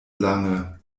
lange